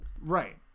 Right